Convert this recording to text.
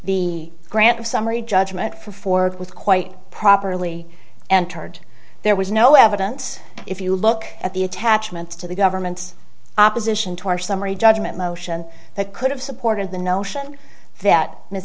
the grant of summary judgment for ford with quite properly and heard there was no evidence if you look at the attachments to the government's opposition to our summary judgment motion that could have supported the notion that ms